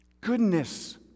Goodness